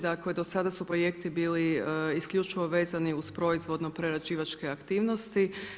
Dakle, do sada su projekti bili isključivo vezani uz proizvodno prerađivačke aktivnosti.